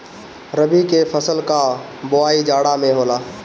रबी के फसल कअ बोआई जाड़ा में होला